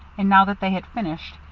and now that they had finished,